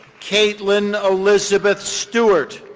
kaitlin elizabeth stewart.